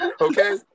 okay